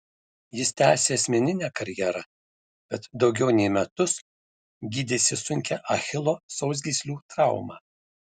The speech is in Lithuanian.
jis tęsė asmeninę karjerą bet daugiau nei metus gydėsi sunkią achilo sausgyslių traumą